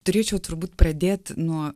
turėčiau turbūt pradėt nuo